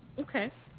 okay.